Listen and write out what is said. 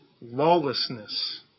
lawlessness